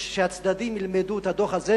שהצדדים ילמדו את הדוח הזה,